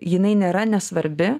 jinai nėra nesvarbi